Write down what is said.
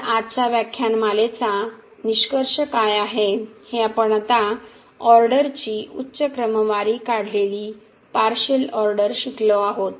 तर आजच्या व्याख्यानमालेचा निष्कर्ष काय आहे हे आपण आता आर्डरची उच्च क्रमवारी काढलेली पार्शिअल ऑर्डर शिकलो आहोत